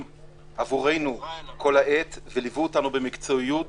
עבורנו כל העת וליוו אותנו במקצועיות,